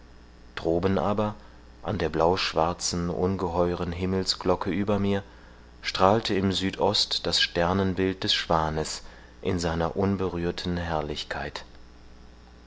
droben aber an der blauschwarzen ungeheueren himmelsglocke über mir strahlte im südost das sternenbild des schwanes in seiner unberührten herrlichkeit